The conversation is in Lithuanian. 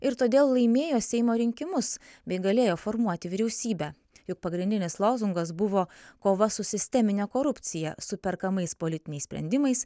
ir todėl laimėjo seimo rinkimus bei galėjo formuoti vyriausybę juk pagrindinis lozungas buvo kova su sistemine korupcija su perkamais politiniais sprendimais